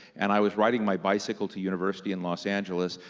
and i was riding my bicycle to university in los angeles,